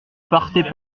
partez